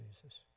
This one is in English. Jesus